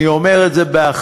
אני אומר את זה באחריות,